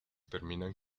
terminan